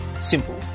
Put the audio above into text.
simple